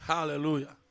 Hallelujah